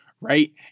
right